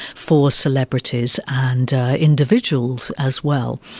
for celebrities and individuals as well.